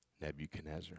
Nebuchadnezzar